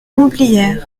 homblières